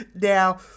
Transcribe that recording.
Now